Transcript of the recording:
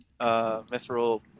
mithril